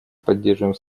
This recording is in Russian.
поддерживаем